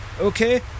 Okay